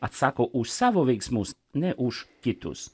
atsako už savo veiksmus ne už kitus